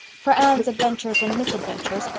for anne's adventures and misadventures,